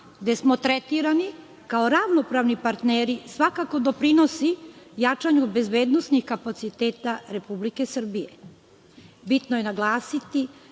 gde smo tretirani kao ravnopravni partneri, svakako doprinosi jačanju bezbednosnih kapaciteta Republike Srbije. Bitno je naglasiti